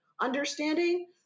understanding